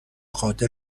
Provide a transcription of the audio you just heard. خاطر